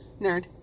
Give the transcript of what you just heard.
nerd